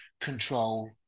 control